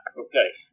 okay